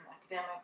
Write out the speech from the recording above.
academic